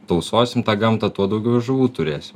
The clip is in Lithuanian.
tausosim gamtą tuo daugiau ir žuvų turėsim